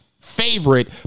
favorite